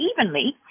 evenly